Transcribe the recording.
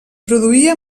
produïa